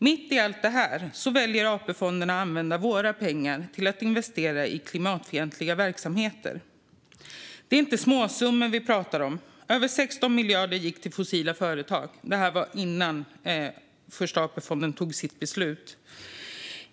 Mitt i allt det här väljer AP-fonderna att använda våra pengar till att investera i klimatfientliga verksamheter. Det är inte småsummor vi pratar om - över 16 miljarder gick till fossila företag. Det här var innan Första AP-fonden fattade sitt beslut.